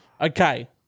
Okay